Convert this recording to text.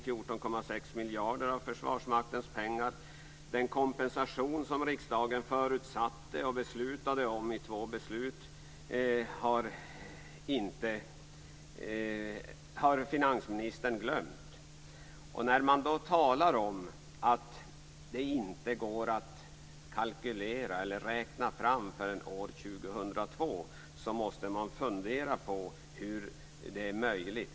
14,6 miljarder av Försvarsmaktens pengar. Den kompensation som riksdagen förutsatte och beslutade om i två beslut har finansministern glömt. När man talar om att det inte går att kalkylera eller räkna fram förrän år 2002 måste man fundera på hur detta är möjligt.